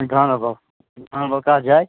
گانٛدر بَل گانٛدربَل کَتھ جایہِ